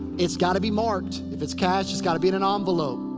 it's gotta be marked. if it's cash, it's gotta be in an ah envelope.